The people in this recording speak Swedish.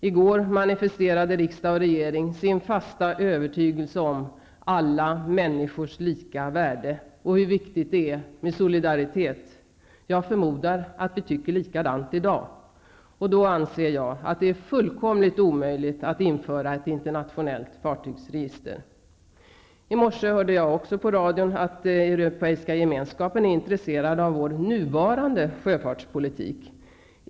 I går manifesterade riksdag och regering sin fasta övertygelse om alla människors lika värde och hur viktigt det är med solidaritet. Jag förmodar att vi tycker likadant i dag. Då anser jag att det är fullkomligt omöjligt att införa ett internationellt fartygsregister. I morse hörde jag på radion att man inom EG är intresserad av vår nuvarande sjöfartspolitik.